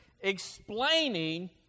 explaining